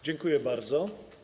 Dziękuję bardzo.